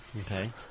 Okay